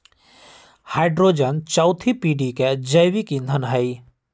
hydrogen चउथी पीढ़ी के जैविक ईंधन हई